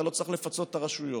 אתה לא צריך לפצות את הרשויות,